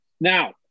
Now